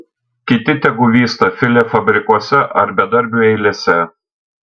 kiti tegu vysta filė fabrikuose ar bedarbių eilėse